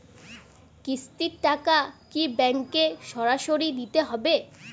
কিস্তির টাকা কি ব্যাঙ্কে সরাসরি দিতে হবে?